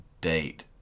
date